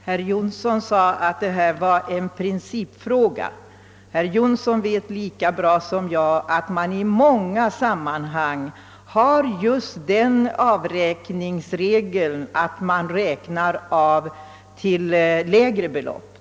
Herr talman! Herr Jonsson sade att det var en principfråga hur avrundningen skulle ske. Herr Jonsson vet lika väl som jag att man i många sammanhang tillämpar just den regeln att avrunda till lägre belopp.